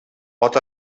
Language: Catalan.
pot